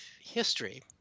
history